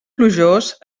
plujós